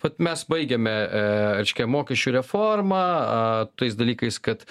vat mes baigėme eee reiškia mokesčių reformą aaa tais dalykais kad